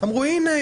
אמרו לי: הנה,